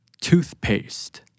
Toothpaste